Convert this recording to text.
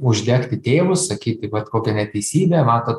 uždegti tėvus sakyti vat kokia neteisybė matot